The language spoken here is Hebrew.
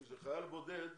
כאשר מדובר בחייל בודד